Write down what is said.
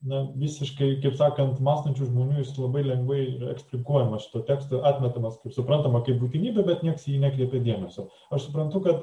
na visiškai kaip sakant mąstančių žmonių labai lengvai eksplikuojamas šito teksto atmetamas kaip suprantama kaip būtinybė bet nieks į jį nekreipia dėmesio aš suprantu kad